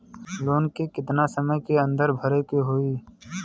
Loan के कितना समय के अंदर भरे के होई?